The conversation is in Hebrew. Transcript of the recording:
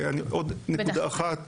עוד נקודה אחת